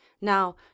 now